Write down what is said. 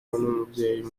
n’umubyeyi